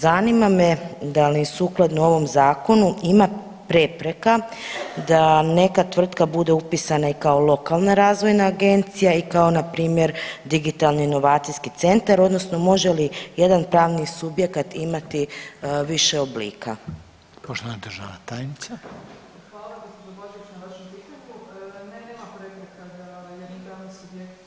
Zanima me da li sukladno ovom zakonu ima prepreka da neka tvrtka bude upisana i kao lokalna razvojna agencija i kao npr. digitalni inovacijski centara odnosno može li jedan pravni subjekat imati više oblika?